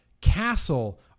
Castle